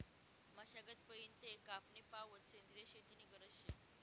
मशागत पयीन ते कापनी पावोत सेंद्रिय शेती नी गरज शे